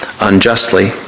unjustly